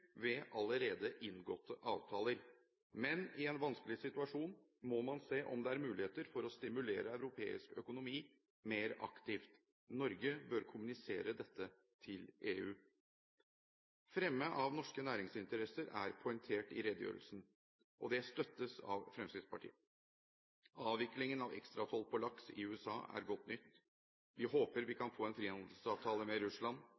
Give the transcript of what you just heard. ved allerede inngåtte avtaler, men i en vanskelig situasjon må man se om det er muligheter for å stimulere europeisk økonomi mer aktivt. Norge bør kommunisere dette til EU. Fremme av norske næringsinteresser er poengtert i redegjørelsen, og det støttes av Fremskrittspartiet. Avviklingen av ekstratoll på laks i USA er godt nytt. Vi håper vi kan få en frihandelsavtale med Russland,